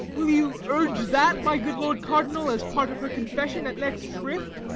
will you urge that, my good lord cardinal, as part of her confession at next shrift,